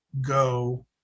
go